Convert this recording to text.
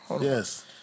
Yes